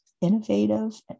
innovative